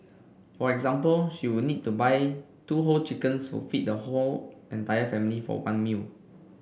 for example she would need to buy two whole chickens for feed the whole entire family for one meal